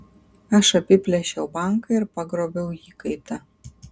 aš apiplėšiau banką ir pagrobiau įkaitą